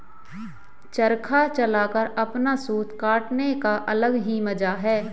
चरखा चलाकर अपना सूत काटने का अलग ही मजा है